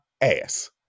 ass